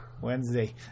Wednesday